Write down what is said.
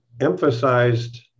emphasized